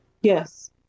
Yes